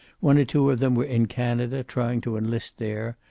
one or two of them were in canada, trying to enlist there,